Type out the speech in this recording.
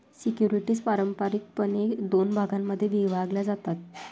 securities पारंपारिकपणे दोन भागांमध्ये विभागल्या जातात